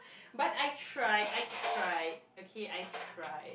but I tried I tried okay I tried